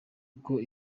uko